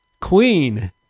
queen